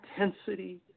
intensity